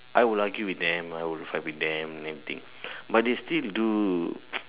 I would argue with them I would fight with them and everything but they still do